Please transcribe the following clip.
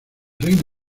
reino